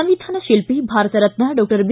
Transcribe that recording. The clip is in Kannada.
ಸಂವಿಧಾನ ಶಿಲ್ಪಿ ಭಾರತ ರತ್ನ ಡಾಕ್ಷರ್ ಬಿ